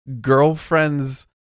girlfriend's